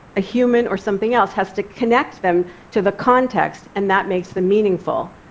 a human or something else has to connect them to the context, and that makes them meaningful.